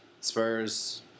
Spurs